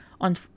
on